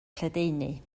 lledaenu